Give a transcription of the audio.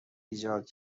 ایجاد